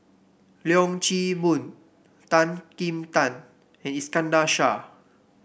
Leong Chee Mun Tan Kim Tian and Iskandar Shah